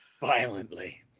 Violently